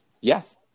yes